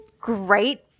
great